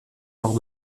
lors